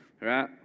right